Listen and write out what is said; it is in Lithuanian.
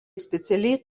specialiai